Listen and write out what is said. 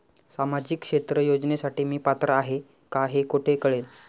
सामाजिक क्षेत्र योजनेसाठी मी पात्र आहे का हे कुठे कळेल?